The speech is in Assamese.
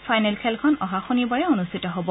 ফাইনেল খেলখন অহা শনিবাৰে অনুষ্ঠিত হ'ব